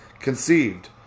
conceived